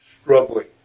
struggling